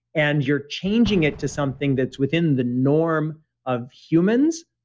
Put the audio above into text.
and you're changing it to something that's within the norm of humans,